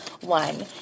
one